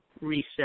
reset